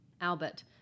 Albert